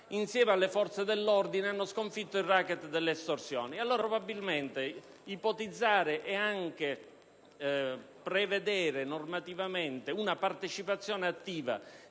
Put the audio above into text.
insieme alle forze dell'ordine hanno sconfitto il *racket* delle estorsioni. Ipotizzare e anche prevedere normativamente una partecipazione attiva